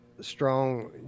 strong